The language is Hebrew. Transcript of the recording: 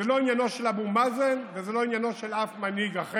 זה לא עניינו של אבו מאזן וזה לא עניינו של אף מנהיג אחר,